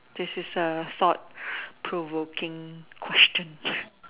this is sort of thought provoking question